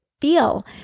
feel